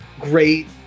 great